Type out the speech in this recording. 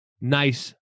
nice